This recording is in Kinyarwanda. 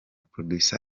producer